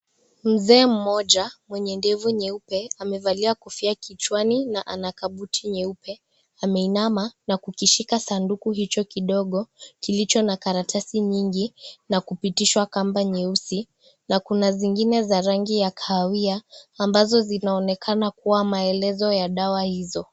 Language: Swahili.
Mzee mmoja mwenye ndevu nyeupe amevalia kofia kichwani na ana kabuti nyeupe ameinama na kukishika sanduku hicho kidogo kilicho na karatasi nyingi na kupitishwa kamba nyeusi na kuna zingine za rangi kahawia ambazo zinaonekana kuwa maelezo ya dawa hizo.